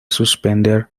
suspender